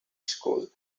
school